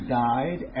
died